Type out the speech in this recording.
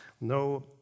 No